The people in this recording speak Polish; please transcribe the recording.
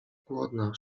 głodna